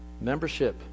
membership